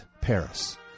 Paris